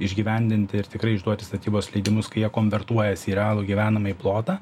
išgyvendinti ir tikrai išduoti statybos leidimus kai jie konvertuojasi į realų gyvenamąjį plotą